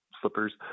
slippers